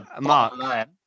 Mark